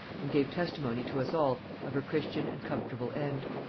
and gave testimony to us all of her christian and comfortable end.